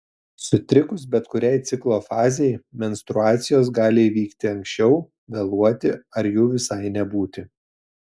sutrikus bet kuriai ciklo fazei menstruacijos gali įvykti anksčiau vėluoti ar jų visai nebūti